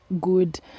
good